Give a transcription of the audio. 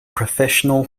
professional